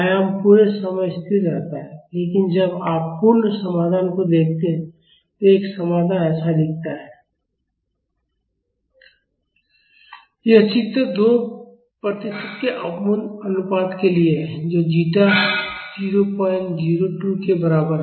आयाम पूरे समय स्थिर रहता है लेकिन जब आप पूर्ण समाधान को देखते हैं तो एक समाधान ऐसा दिखता है यह चित्र 2 प्रतिशत के अवमंदन अनुपात के लिए है जो जीटा 002 के बराबर है